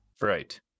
Right